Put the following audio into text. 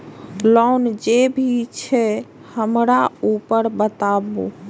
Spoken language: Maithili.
लोन जे भी छे हमरा ऊपर बताबू?